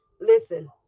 Listen